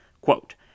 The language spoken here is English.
Quote